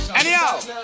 Anyhow